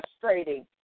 frustrating